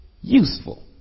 useful